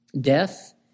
Death